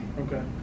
Okay